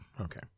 Okay